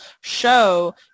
show